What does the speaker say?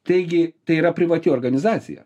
taigi tai yra privati organizacija